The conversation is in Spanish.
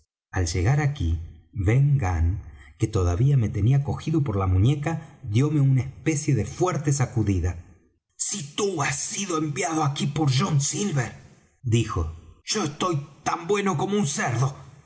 al llegar aquí ben gunn que todavía me tenía cogido por la muñeca dióme una especie de fuerte sacudida si tú has sido enviado aquí por john silver dijo yo estoy ya tan bueno como un cerdo